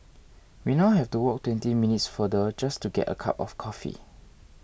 we now have to walk twenty minutes farther just to get a cup of coffee